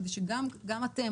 כדי שגם אתם,